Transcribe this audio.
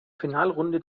finalrunde